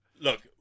Look